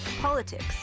politics